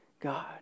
God